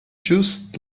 just